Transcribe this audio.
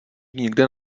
nikde